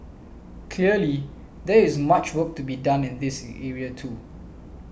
clearly there is much work to be done in this area too